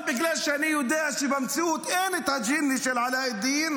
אבל בגלל שאני יודע שבמציאות אין ג'יני של אלאדין,